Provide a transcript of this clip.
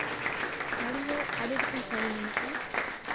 ᱥᱟᱹᱲᱤ ᱦᱚᱸ ᱟᱹᱰᱤ ᱨᱚᱠᱚᱢ ᱥᱟᱹᱲᱤ ᱢᱮᱱᱟᱜᱼᱟ